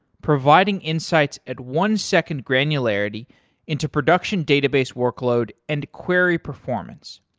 providing insights at one second granularity into production database workload and query performance.